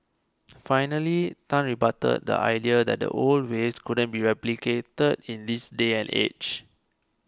finally Tan rebutted the idea that the old ways couldn't be replicated in this day and age